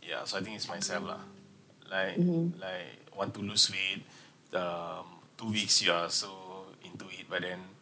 yeah so I think it's myself lah like like want to lose weight um two weeks you are so into it but then